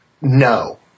No